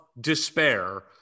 despair